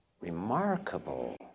remarkable